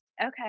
Okay